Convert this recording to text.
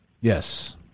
Yes